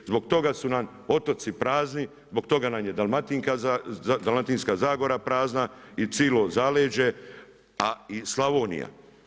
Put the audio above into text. Zbog toga su nam otoci prazni, zbog toga nam je Dalmatinska zagora prazna i cijelo zaleđe a i Slavonija.